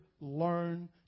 learn